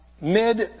mid